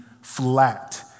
flat